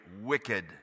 wicked